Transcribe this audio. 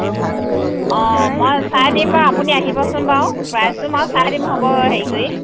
অ মই চাই দিম বাৰু আপুনি আহিবচোন বাৰু প্ৰাইছটো মই চাই দিম হ'ব হেৰি কৰি